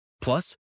Plus